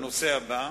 הנושא הבא.